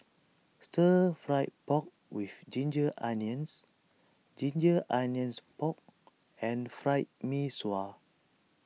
Stir Fry Pork with Ginger Onions Ginger Onions Pork and Fried Mee Sua